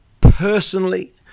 personally